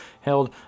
held